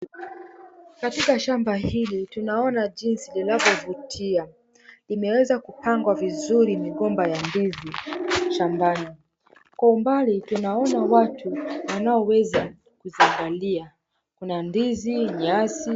Katika shamba hili tunaona jinsi linavyovutia, imeweza kupangwa vizuri migomba ya ndizi shambani. Kwa umbali tuona watu wanaoweza kuziangalia. Kuna ndizi, nyasi.